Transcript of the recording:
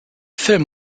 film